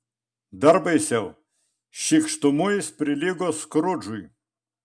dar baisiau šykštumu jis prilygo skrudžui